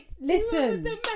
listen